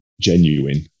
genuine